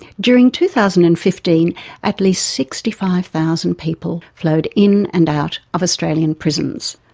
during two thousand and fifteen at least sixty five thousand people flowed in and out of australian prisons.